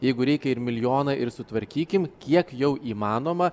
jeigu reikia ir milijoną ir sutvarkykim kiek jau įmanoma